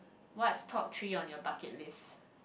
what's top three on your bucket list